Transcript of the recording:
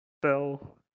spell